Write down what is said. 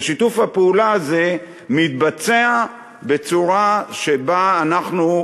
ושיתוף הפעולה הזה מתבצע בצורה שבה אנחנו,